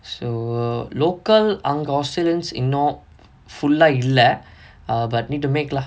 so local அங்க:anga australians இன்னும்:innum full ah இல்ல:illa ah but need to make lah